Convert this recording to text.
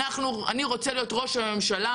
אני רוצה להיות ראש הממשלה